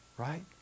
right